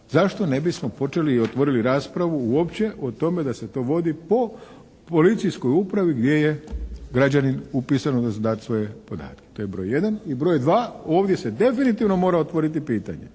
zašto ne bismo počeli i otvorili raspravu uopće o tome da se to vodi po policijskoj upravi gdje je građanin upisan, odnosno dati svoje podatke. To je broj jedan. I broj dva, ovdje se definitivno mora otvoriti pitanje